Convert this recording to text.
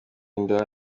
inda